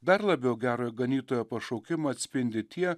dar labiau gerojo ganytojo pašaukimą atspindi tie